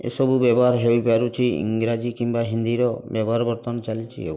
ଏସବୁ ବ୍ୟବହାର ହୋଇପାରୁଛି ଇଂରାଜୀ କିମ୍ବା ହିନ୍ଦୀର ବ୍ୟବହାର ବର୍ତ୍ତମାନ ଚାଲିଛି ଆଉ